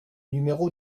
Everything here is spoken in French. numéro